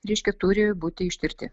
reiškia turi būti ištirti